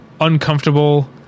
uncomfortable